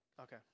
Okay